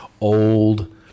old